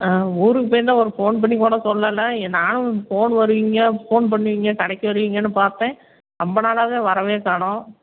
ஆ ஊருக்கு போயிருந்தால் ஒரு ஃபோன் பண்ணி கூட சொல்லலை ஏ நான் ஃபோன் வருவீங்க ஃபோன் பண்ணுவீங்க கடைக்கு வருவீங்கன்னு பார்த்தேன் ரொம்ப நாளாகவே வரவே காணும்